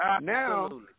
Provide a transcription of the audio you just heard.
now